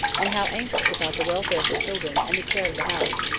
and how anxious about the welfare of the children and the care of the house,